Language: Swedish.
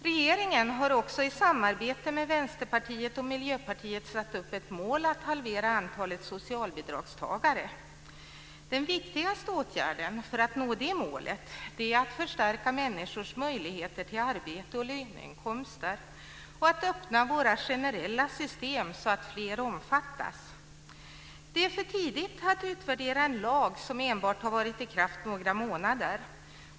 Regeringen har också i samarbete med Vänsterpartiet och Miljöpartiet satt upp ett mål att halvera antalet socialbidragstagare. Den viktigaste åtgärden för att nå det målet är att förstärka människors möjligheter till arbete och löneinkomster och att öppna våra generella system så att fler omfattas. Det är för tidigt att utvärdera en lag som enbart har varit i kraft några månader.